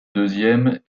deuxième